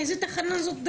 איזו תחנה זאת?